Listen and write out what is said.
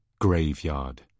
Graveyard